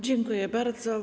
Dziękuję bardzo.